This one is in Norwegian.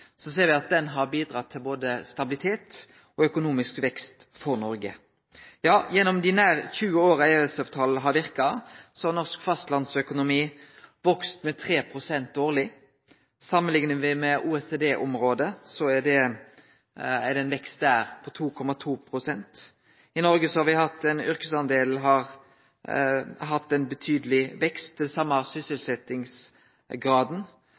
ser vi at den har bidratt til både stabilitet og økonomisk vekst for Noreg. Ja, gjennom dei nær 20 åra EØS-avtalen har verka, har norsk fastlandsøkonomi vakse med 3 pst. årleg. Samanliknar me med OECD-området, er det ein vekst der på 2,2 pst. I Noreg har yrkesandelen hatt ein betydeleg vekst. Det same har